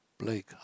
Blake